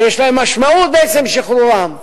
שיש להם משמעות בעצם שחרורם.